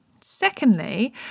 Secondly